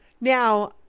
now